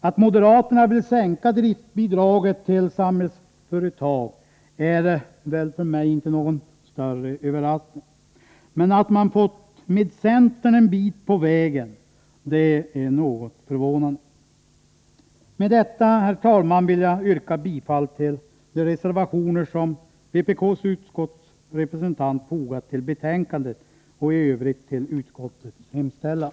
Att moderaterna vill sänka driftbidraget till Samhällsföretag är väl inte någon större överraskning, men att man fått med centern en bit på vägen är något förvånande. Med detta, herr talman, vill jag yrka bifall till de reservationer som vpk:s utskottsrepresentant fogat till betänkandet och i övrigt till utskottets hemställan.